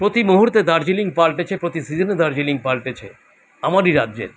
প্রতি মুহূর্তে দার্জিলিং পাল্টেছে প্রতি সিজনে দার্জিলিং পাল্টেছে আমারই রাজ্যের